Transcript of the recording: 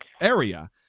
area